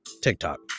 tiktok